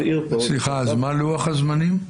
סליחה, אז מה לוח הזמנים?